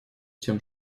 тем